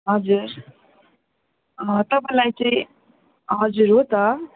हजुर तपाईँलाई चाहिँ हजुर हो त